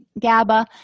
GABA